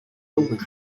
building